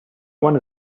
one